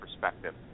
perspective